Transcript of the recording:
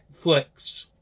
Netflix